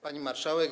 Pani Marszałek!